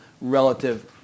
relative